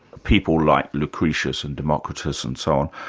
people like lucretius and democritus and so on,